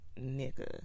nigga